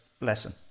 lesson